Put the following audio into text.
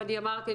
ואני אמרתי,